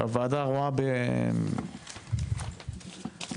הוועדה רואה את מדיניות משרד העלייה והקליטה,